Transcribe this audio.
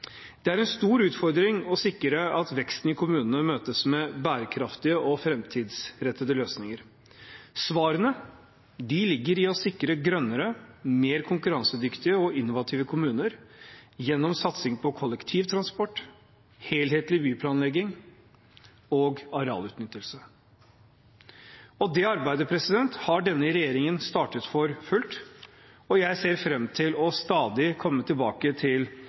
Det er en stor utfordring å sikre at veksten i kommunene møtes med bærekraftige og framtidsrettede løsninger. Svarene ligger i å sikre grønnere, mer konkurransedyktige og innovative kommuner gjennom satsing på kollektivtransport, helhetlig byplanlegging og arealutnyttelse. Det arbeidet har denne regjeringen startet for fullt, og jeg ser fram til stadig å komme tilbake til